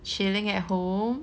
chilling at home